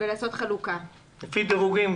לפי דירוגים,